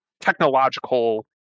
technological